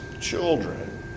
children